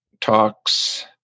talks